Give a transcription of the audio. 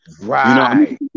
Right